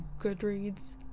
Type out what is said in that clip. Goodreads